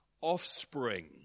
offspring